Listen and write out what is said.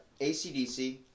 ACDC